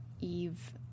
Eve